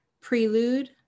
prelude